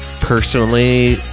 personally